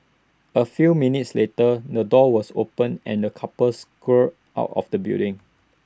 A few minutes later the door was opened and the couple scurried out of the building